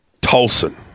Tolson